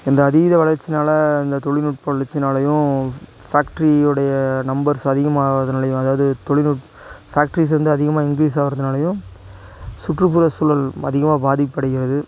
இந்த அதீத வளர்ச்சினால் இந்த தொழில்நுட்ப வளர்ச்சினாலையும் ஃபேக்ட்ரியோடைய நம்பர்ஸ் அதிகமாவறதுனாலையும் அதாவது தொழில்நுட் ஃபேக்ட்ரிஸ் வந்து அதிகமாக இன்க்ரீஸ் ஆகுறதுனாலையும் சுற்றுப்புற சூழல் அதிகமாக பாதிப்படைகிறது